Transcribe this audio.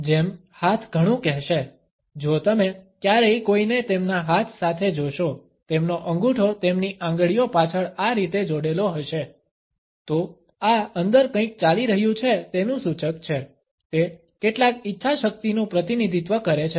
જેમ હાથ ઘણું કહેશે જો તમે ક્યારેય કોઈને તેમના હાથ સાથે જોશો તેમનો અંગૂઠો તેમની આંગળીઓ પાછળ આ રીતે જોડેલો હશે તો આ અંદર કંઈક ચાલી રહ્યું છે તેનું સૂચક છે તે કેટલાક ઇચ્છાશક્તિનું પ્રતિનિધિત્વ કરે છે